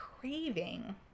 craving